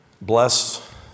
bless